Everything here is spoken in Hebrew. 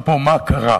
פה, מה קרה?